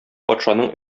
патшаның